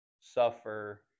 suffer